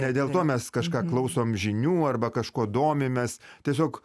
ne dėl to mes kažką klausom žinių arba kažkuo domimės tiesiog